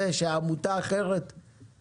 זה הגיוני שעמותת צופן הם אלו שיעשו לערבים הייטק?